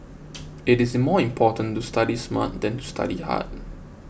it is more important to study smart than to study hard